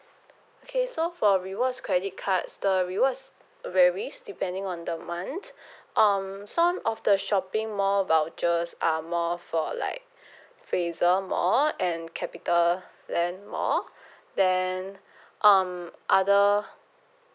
okay so for rewards credit cards the rewards varies depending on the month um some of the shopping mall vouchers are more for like fraser mall and capital land mall then um other